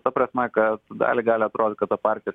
ta prasme kad daliai gali atrodyt kad partija